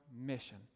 mission